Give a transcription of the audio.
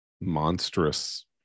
monstrous